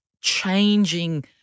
changing